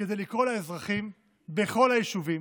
כדי לקרוא לאזרחים בכל היישובים,